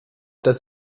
das